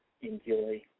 enjoy